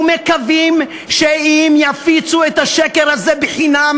ומקווים שאם יפיצו את השקר הזה חינם